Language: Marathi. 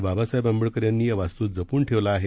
बाबासाहेब आंबेडकर यांनी या वास्तूत जपून ठेवला आहे